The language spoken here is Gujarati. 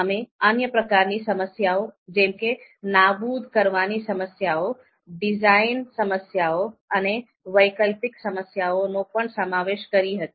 અમે અન્ય પ્રકારની સમસ્યાઓ જેમ કે નાબૂદ કરવાની સમસ્યાઓ ડિઝાઇન સમસ્યાઓ અને વૈકલ્પિક સમસ્યાઓનો પણ સમાવેશ કરી હતી